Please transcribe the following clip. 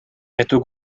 эту